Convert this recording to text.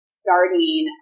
starting